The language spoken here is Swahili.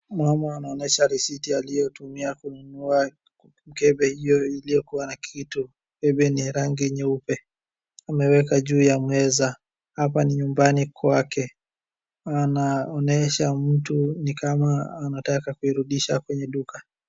Mama anaoyesha risiti aliyotumia kununua mkembe hiyo iliyokuwa na kitu. Mkembe ni ya rangi nyeupe. Ameweka juu ya meza. Hapa ni nyumbani kwake. Anaonesha mtu ni kama anataka kuirudisha kwenye duka.